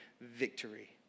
victory